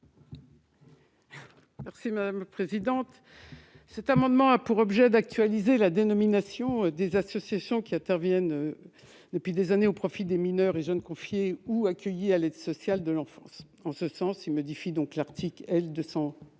Mme Raymonde Poncet Monge. Cet amendement a pour objet d'actualiser la dénomination des associations qui interviennent, depuis des années, en faveur des mineurs et jeunes confiés ou accueillis à l'aide sociale à l'enfance. En ce sens, il tend à modifier l'article L.